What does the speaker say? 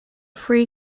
three